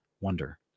wonder